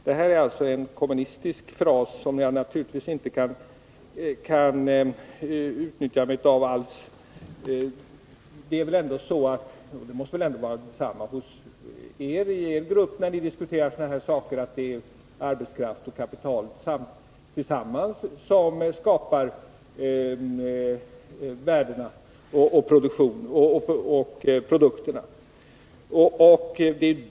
Det är en kommunistisk fras som jag naturligtvis inte kan acceptera. Det måste väl ändå vara detsamma när ni i er grupp diskuterar sådana här saker, nämligen att det är arbetskraft och kapital tillsammans som skapar nya förädlingsvärden, nya produkter och resurser.